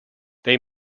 they